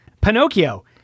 Pinocchio